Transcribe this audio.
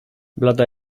blada